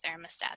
thermostats